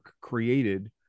created